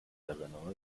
erinnere